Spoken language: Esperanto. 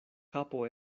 kapo